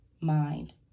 mind